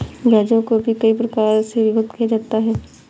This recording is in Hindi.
ब्याजों को भी कई प्रकार से विभक्त किया जा सकता है